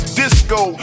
disco